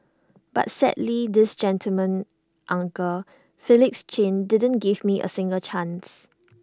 but sadly this gentleman uncle Felix chin didn't give me A single chance